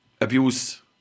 abuse